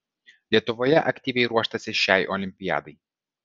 lietuvoje aktyviai ruoštasi šiai olimpiadai